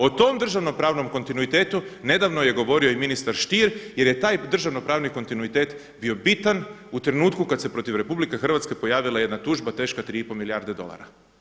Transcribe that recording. O tom državnopravnom kontinuitetu nedavno je govorio i ministar Sthier, jer je taj državnopravni kontinuitet bio bitan u trenutku kad se protiv Republike Hrvatske pojavila jedna tužba teška 3 i pol milijarde dolara.